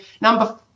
number